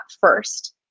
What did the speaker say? first